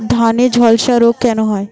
ধানে ঝলসা রোগ কেন হয়?